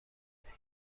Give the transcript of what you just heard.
دهیم